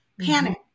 panic